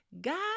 God